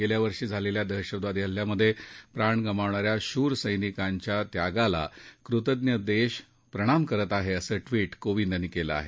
गेल्या वर्षी झालेल्या दहशतवादी हल्ल्यात प्राण गमावणा या शूर सैनिकांच्या त्यागाला कृतज्ञ देश प्रणाम करत आहे असं ट्विट कोविंद यांनी केलं आहे